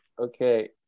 Okay